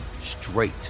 straight